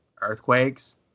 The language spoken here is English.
earthquakes